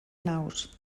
naus